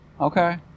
Okay